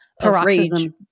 Paroxysm